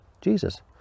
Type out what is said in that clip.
jesus